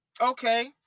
okay